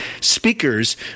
speakers